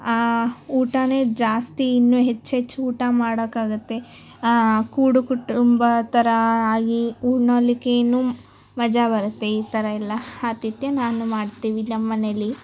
ಆ ಊಟನೇ ಜಾಸ್ತಿ ಇನ್ನು ಹೆಚ್ಚೆಚ್ಚು ಊಟ ಮಾಡಕ್ಕಾಗತ್ತೆ ಕೂಡು ಕುಟುಂಬ ಥರ ಆಗಿ ಉಣ್ಣಲಿಕ್ಕೆ ಇನ್ನು ಮಜಾ ಬರುತ್ತೆ ಈ ಥರಯೆಲ್ಲ ಆತಿಥ್ಯ ನಾನು ಮಾಡ್ತೀವಿ ನಮ್ಮನೆಯಲ್ಲಿ